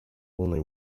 only